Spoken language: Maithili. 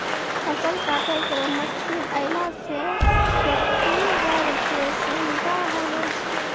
फसल काटै केरो मसीन आएला सें खेतिहर क सुबिधा होलो छै